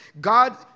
God